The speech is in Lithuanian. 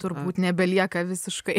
turbūt nebelieka visiškai